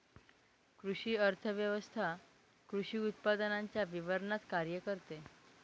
कृषी अर्थव्यवस्वथा कृषी उत्पादनांच्या वितरणावर कार्य करते